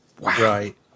right